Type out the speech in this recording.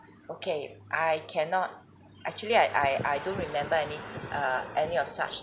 okay I cannot actually I I I don't remember any err any of such